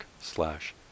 slash